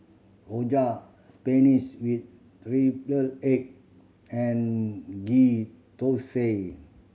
rojak spinach with triple egg and Ghee Thosai